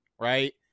right